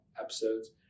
episodes